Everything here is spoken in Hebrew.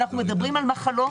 אנחנו מדברים על מחלות